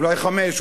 אולי חמש,